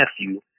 nephew